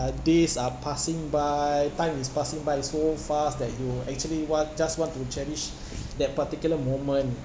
uh days are passing by time is passing by so fast that you actually want just want to cherish that particular moment